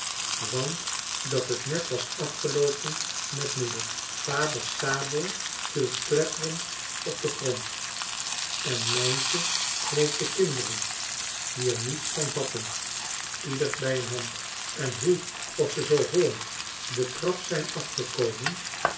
want dat het net was afgeloopen met moeder vaders sabel viel kletterend op den grond en mijntje greep de kinderen die er niets van vatten ieder bij een hand en hoe of ze zoo hollend de trap zijn afgekomen